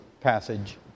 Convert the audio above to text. passage